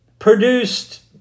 produced